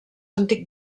antic